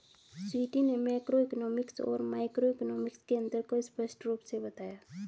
स्वीटी ने मैक्रोइकॉनॉमिक्स और माइक्रोइकॉनॉमिक्स के अन्तर को स्पष्ट रूप से बताया